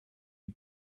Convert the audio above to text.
you